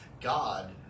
God